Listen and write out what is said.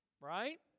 Right